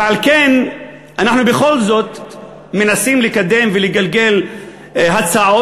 ועל כן אנחנו בכל זאת מנסים לקדם ולגלגל הצעות,